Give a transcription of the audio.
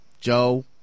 Joe